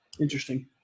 interesting